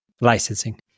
licensing